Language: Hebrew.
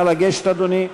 נא לגשת, אדוני,